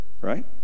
Right